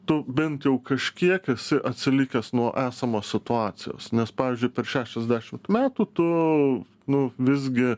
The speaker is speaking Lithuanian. tu bent jau kažkiek esi atsilikęs nuo esamos situacijos nes pavyzdžiui per šešiasdešimt metų tu nu visgi